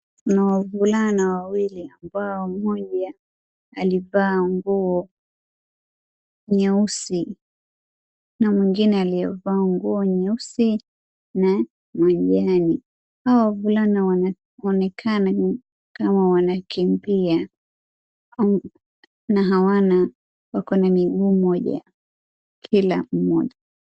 Kuna wavulana wawili amabo mmoja alivaa nguo nyeusi na mwingine aliyevaa nguo nyeusi na majani. Hawa wavulana wamekaa kama wanakimbia na hawana na wakona mguu moja kila mmoja.